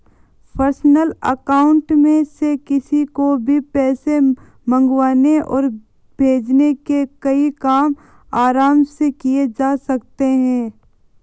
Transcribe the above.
personal account में से किसी को भी पैसे मंगवाने और भेजने के कई काम आराम से किये जा सकते है